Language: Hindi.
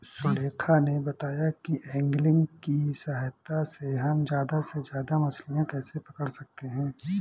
सुलेखा ने बताया कि ऐंगलिंग की सहायता से हम ज्यादा से ज्यादा मछलियाँ कैसे पकड़ सकते हैं